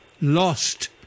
lost